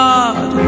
God